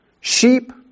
Sheep